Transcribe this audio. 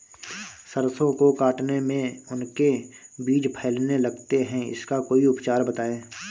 सरसो को काटने में उनके बीज फैलने लगते हैं इसका कोई उपचार बताएं?